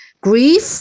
grief